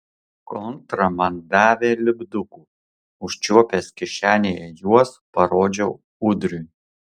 kontra man davė lipdukų užčiuopęs kišenėje juos parodžiau ūdriui